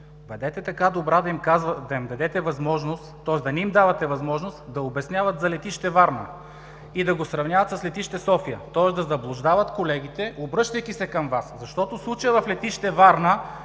бъдете така добра да не им давате възможност да обясняват за летище Варна и да го сравняват с летище София, тоест да заблуждаваш колегите, обръщайки се към Вас, защото случаят в летище Варна